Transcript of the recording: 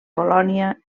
colònia